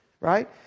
right